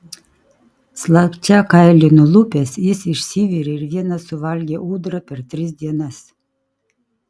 slapčia kailį nulupęs jis išsivirė ir vienas suvalgė ūdrą per tris dienas